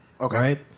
Okay